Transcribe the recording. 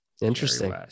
Interesting